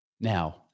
Now